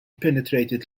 penetrated